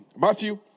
Matthew